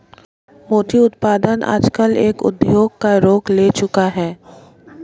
मोती उत्पादन आजकल एक उद्योग का रूप ले चूका है